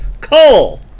Cole